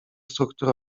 struktury